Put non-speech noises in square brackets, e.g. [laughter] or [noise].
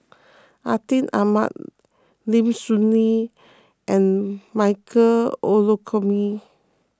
Atin Amat [hesitation] Lim Soo Ngee and Michael Olcomendy